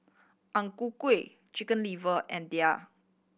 Ang Ku Kueh Chicken Liver and daal